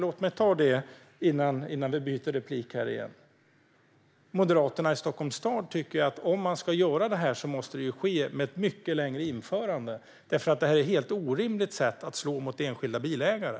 Låt mig ta det innan vi byter talare. De tycker att om man ska göra detta måste det ske med ett mycket längre införande, för detta är ett orimligt sätt att slå mot enskilda bilägare.